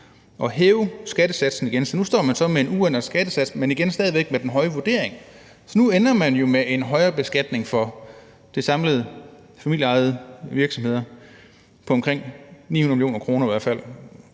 at hæve skattesatsen igen. Så nu står man med en uændret skattesats, men igen stadig væk med den høje vurdering. Så nu ender man jo med en højere beskatning for familieejede virksomheder på omkring 900 mio. kr. i hvert fald.